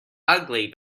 ugly